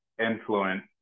influence